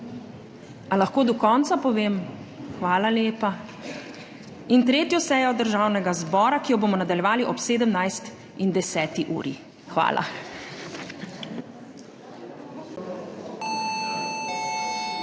Ali lahko do konca povem? Hvala lepa. In 3. sejo Državnega zbora, ki jo bomo nadaljevali ob 17.10. Hvala.